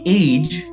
age